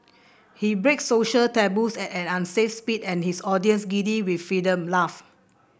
he breaks social taboos at an unsafe speed and his audience giddy with freedom laugh